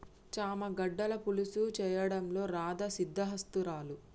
చామ గడ్డల పులుసు చేయడంలో రాధా సిద్దహస్తురాలు